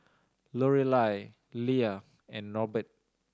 Lorelai Leah and Norbert